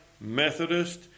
Methodist